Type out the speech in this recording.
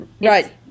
right